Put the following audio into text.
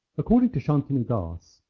according to santanu das,